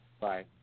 Bye